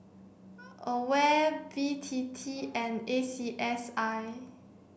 AWARE B T T and A C S I